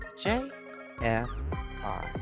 J-F-R